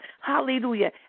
hallelujah